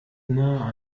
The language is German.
nah